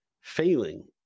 failing